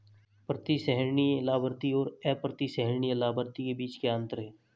प्रतिसंहरणीय लाभार्थी और अप्रतिसंहरणीय लाभार्थी के बीच क्या अंतर है?